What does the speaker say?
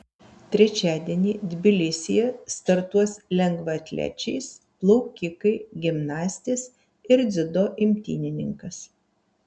trečiadienį tbilisyje startuos lengvaatlečiais plaukikai gimnastės ir dziudo imtynininkas